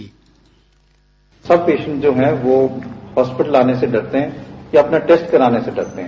sound byte सब patient जो हैं वो हॉस्टिपटल आने से डरते हैं या अपना टेस्ट कराने से डरते हैं